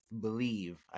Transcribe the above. believe